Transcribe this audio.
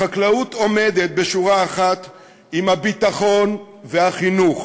החקלאות עומדת בשורה אחת עם הביטחון ועם החינוך,